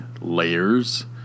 layers